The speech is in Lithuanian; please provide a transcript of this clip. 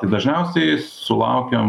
tai dažniausiai sulaukiam